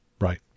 Right